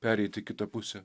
pereit į kitą pusę